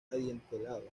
adintelado